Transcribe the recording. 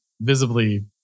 visibly